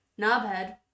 knobhead